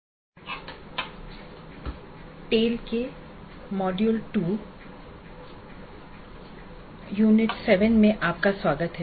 अभिवादन टेल के मॉड्यूल 2 यूनिट 7 में आपका स्वागत है